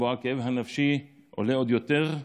שבו הכאב הנפשי עולה עוד יותר,